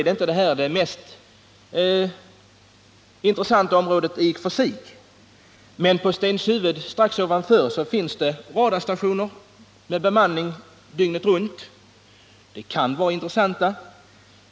Detta är kanske inte det mest intressanta området i och för sig, men på Stenshuvud strax ovanför finns radarstationer med bemanning dygnet runt. De kan vara intressanta.